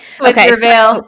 okay